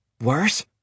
Worse